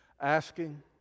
Asking